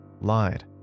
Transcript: lied